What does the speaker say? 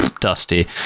Dusty